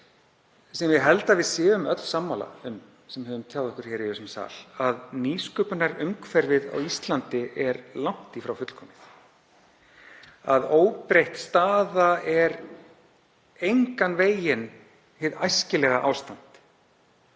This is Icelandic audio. sem ég held að við séum öll sammála um sem höfum tjáð okkur í þessum sal, að nýsköpunarumhverfið á Íslandi er langt í frá fullkomið, óbreytt staða er engan veginn hið æskilega ástand.